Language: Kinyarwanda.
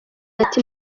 ati